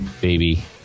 baby